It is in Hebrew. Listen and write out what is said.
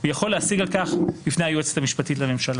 הוא יכול להשיג על כך בפני היועצת המשפטית לממשלה.